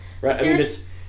right